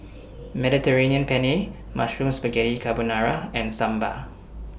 Mediterranean Penne Mushroom Spaghetti Carbonara and Sambar